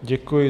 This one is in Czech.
Děkuji.